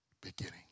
beginning